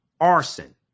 arson